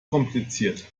kompliziert